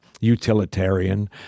utilitarian